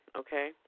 okay